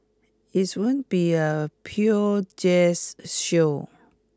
it's won't be a pure jazz show